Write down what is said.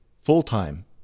full-time